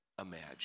imagine